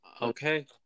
Okay